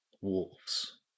wolves